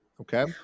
okay